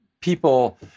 people